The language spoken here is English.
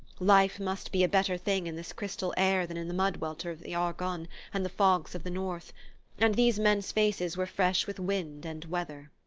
life must be a better thing in this crystal air than in the mud-welter of the argonne and the fogs of the north and these men's faces were fresh with wind and weather.